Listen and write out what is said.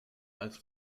als